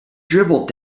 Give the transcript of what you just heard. dribbled